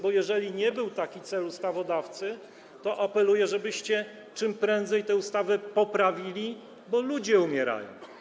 Bo jeżeli nie był taki cel ustawodawcy, to apeluję, żebyście czym prędzej tę ustawę poprawili, bo ludzie umierają.